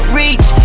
reach